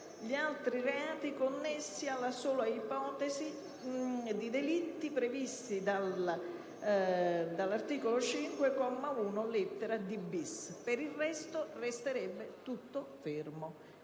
gli altri reati connessi alla sola ipotesi di delitti previsti dall'articolo 5, comma 1, lettera *d-bis)*. Per il resto resterebbe tutto fermo.